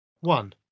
One